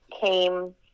came